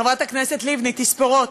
חברת הכנסת לבני, תספורות.